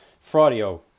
Fraudio